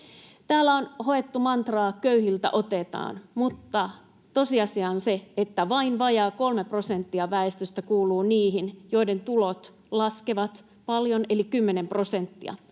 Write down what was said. Täällä on hoettu mantraa ”köyhiltä otetaan”, mutta tosiasia on se, että vain vajaa 3 prosenttia väestöstä kuuluu niihin, joiden tulot laskevat paljon eli 10 prosenttia.